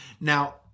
Now